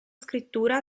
scrittura